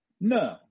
No